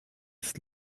this